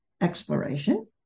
exploration